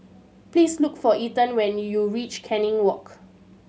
please look for Ethen when you reach Canning Walk